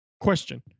question